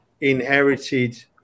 inherited